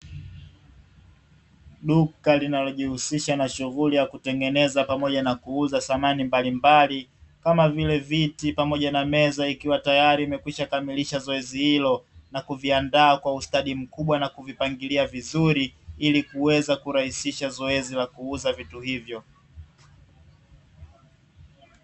Duka linalojihusisha na shughuli ya kutengeneza pamoja na kuuza samani mbalimbali kama vile viti pamoja na meza ikiwa tayari imekwisha kamilisha zoezi hilo na kuviandaa kwa usatdi mkubwa na kuvipangilia vizuri ilikuweza kurahisisha zoezi la kuuza vitu hivyo.